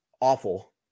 awful